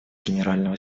генерального